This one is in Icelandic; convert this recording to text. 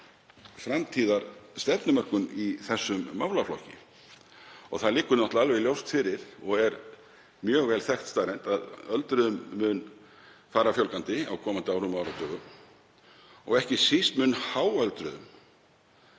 framtíðarstefnumörkun í þessum málaflokki og það liggur náttúrlega ljóst fyrir og er mjög vel þekkt staðreynd að öldruðum mun fara fjölgandi á komandi árum og áratugum. Ekki síst mun háöldruðum,